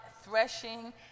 threshing